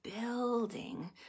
building